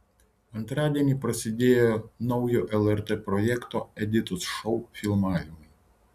antradienį prasidėjo naujo lrt projekto editos šou filmavimai